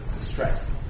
Stress